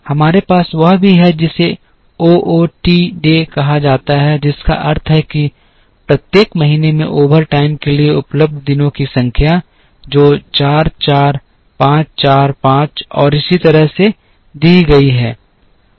हमारे पास वह भी है जिसे ओ ओ टी डे कहा जाता है जिसका अर्थ है कि प्रत्येक महीने में ओवरटाइम के लिए उपलब्ध दिनों की संख्या जो 4 4 5 4 5 और इसी तरह से दी गई है